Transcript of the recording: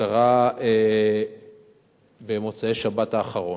שקרה במוצאי השבת האחרונה,